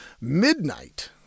Midnight